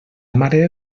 mare